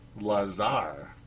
Lazar